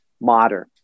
modern